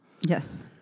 Yes